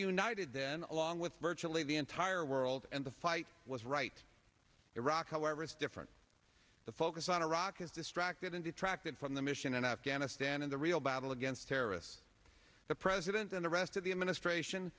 united then along with virtually the entire world and the fight was right iraq however is different the caucus on iraq has distracted and detracted from the mission in afghanistan and the real battle against terrorists the president and the rest of the administration